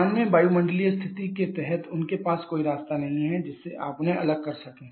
सामान्य वायुमंडलीय स्थिति के तहत उनके पास कोई रास्ता नहीं है जिससे आप उन्हें अलग कर सकें